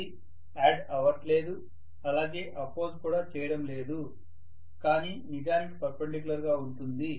అది యాడ్ అవ్వట్లేదు అలాగే అపోజ్ కూడా చేయడం లేదు కానీ నిజానికి పర్పెండిక్యూలర్ గా ఉంటుంది